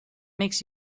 makes